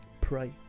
pray